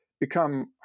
become